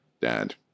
dad